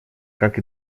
как